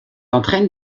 entraîne